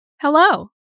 Hello